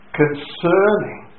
concerning